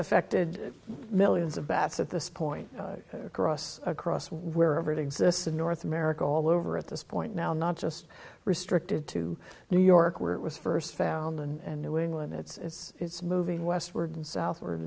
affected millions of bats at this point across across wherever it exists in north america all over at this point now not just restricted to new york where it was first found and new england it's moving westward and southward